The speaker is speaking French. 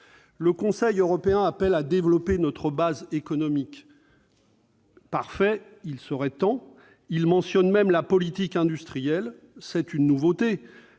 Le Conseil européen appelle à développer notre base économique ? Parfait, il serait temps ! Il mentionne même la politique industrielle. C'est une nouveauté.